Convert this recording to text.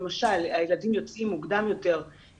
יש לזה אומנם יתרונות וחסרונות,